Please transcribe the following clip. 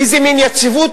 איזה מין יציבות,